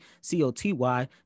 C-O-T-Y